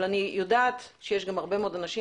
אבל יש גם הרבה מאוד אנשים